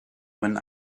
when